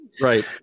Right